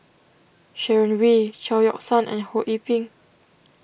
Sharon Wee Chao Yoke San and Ho Yee Ping